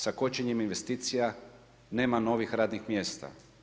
Sa kočenjem investicija nema novih radnih mjesta.